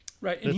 Right